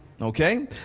okay